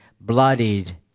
bloodied